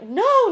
no